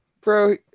Bro-